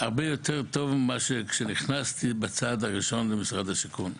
הרבה יותר טוב מאשר כשנכנסתי בצעד הראשון למשרד השיכון.